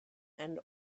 and